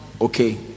okay